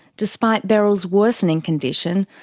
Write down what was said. despite beryl's worsening condition,